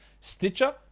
Stitcher